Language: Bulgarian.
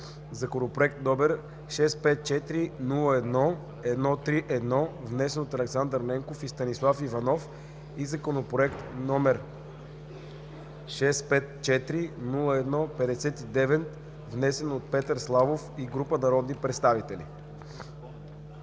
Законопроект № 654-01-131, внесен от Александър Ненков и Станислав Иванов, и Законопроект № 654-01-59, внесен от Петър Славов и група народни представители.